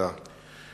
לקריאה הודעה.